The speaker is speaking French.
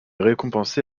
récompensé